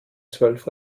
zwölf